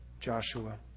Joshua